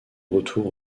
retour